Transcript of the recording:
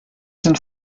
sind